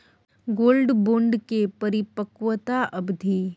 Gold bond के परिपक्वता अवधि?